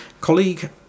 colleague